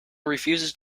refuses